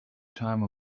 time